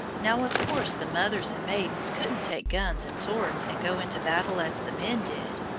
now, of course the mothers and maidens couldn't take guns and swords and go into battle as the men did,